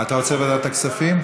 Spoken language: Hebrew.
אתה רוצה ועדת הכספים?